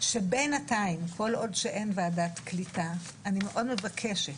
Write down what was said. שבינתיים כל עוד שאין ועדת קליטה אני מאוד מבקשת